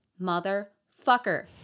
Motherfucker